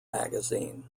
magazine